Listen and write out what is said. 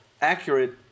accurate